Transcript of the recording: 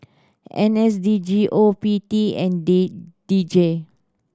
N S D G O P T and day D J